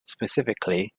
specifically